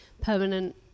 permanent